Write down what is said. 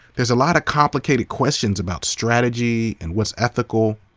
there's a lot of complicated questions about strategy and what's ethical.